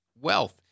wealth